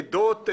עדות,